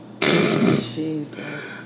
Jesus